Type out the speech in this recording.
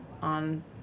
On